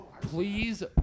please